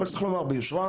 אבל צריך לומר ביושרה,